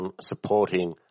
supporting